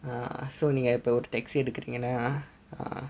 err so நீங்க இப்ப ஒரு:neenga ippa oru taxi எடுக்குறீங்கன்னா:edukkureenganna uh